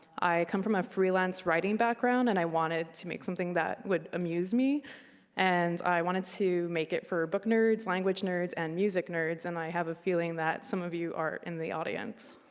i come from a freelance writing background and i wanted to make something that would amuse me and i wanted to make it for book nerds, language nerds, and music nerds and i have a feeling that some of you are in the audience.